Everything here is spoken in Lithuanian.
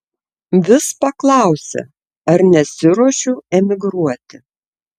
vis paklausia ar nesiruošiu emigruoti